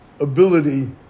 ability